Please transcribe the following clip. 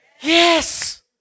Yes